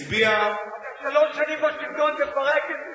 הצביעה, אתה שלוש שנים בשלטון, תפרק את זה.